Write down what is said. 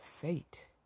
fate